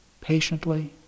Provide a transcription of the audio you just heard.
patiently